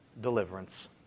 deliverance